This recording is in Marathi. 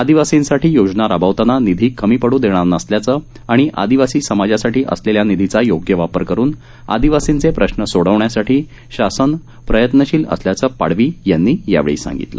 आदिवासींसाठी योजना राबवताना निधी कमी पड्ञ देणार नसल्याचं आणि आदिवासी समाजासाठी असलेल्या निधीचा योग्य वापर करून आदिवासींचे प्रश्न सोडविण्यासाठी शासन प्रयत्नशील असल्याचं पाडवी यांनी सांगितलं